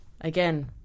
again